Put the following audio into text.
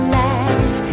life